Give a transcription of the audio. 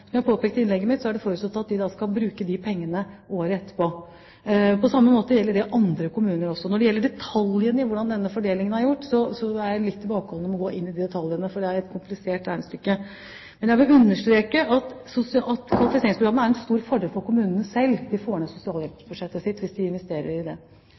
Som jeg påpekte i innlegget mitt, er det forutsatt at de da skal bruke de pengene året etterpå. På samme måte gjelder det andre kommuner også. Når det gjelder detaljene med tanke på hvordan denne fordelingen er gjort, er jeg litt tilbakeholden, for det er et komplisert regnestykke. Men jeg vil understreke at kvalifiseringsprogrammet er en stor fordel for kommunene selv. De får ned sosialhjelpsbudsjettet sitt hvis de investerer i det.